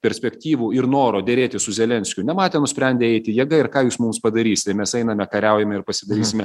perspektyvų ir noro derėtis su zelenskiu nematė nusprendė eiti jėga ir ką jūs mums padarysite mes einame kariaujame ir pasidarysime